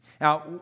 Now